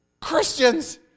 Christians